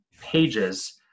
pages